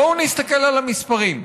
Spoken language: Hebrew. בואו נסתכל על המספרים.